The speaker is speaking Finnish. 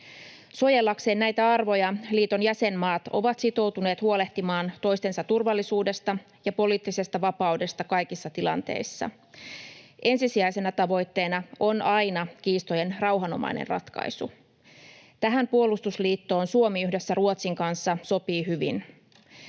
Suojellakseen näitä arvoja liiton jäsenmaat ovat sitoutuneet huolehtimaan toistensa turvallisuudesta ja poliittisesta vapaudesta kaikissa tilanteissa. Ensisijaisena tavoitteena on aina kiistojen rauhanomainen ratkaisu. Tähän puolustusliittoon Suomi yhdessä Ruotsin kanssa sopii hyvin.